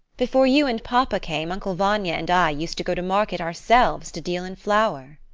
before you and papa came, uncle vanya and i used to go to market ourselves to deal in flour.